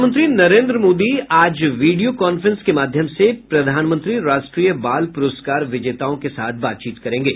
प्रधानमंत्री नरेन्द्र मोदी आज video conference के माध्यम से प्रधानमंत्री राष्ट्रीय बाल पुरस्कार विजेताओं के साथ बातचीत करेंगे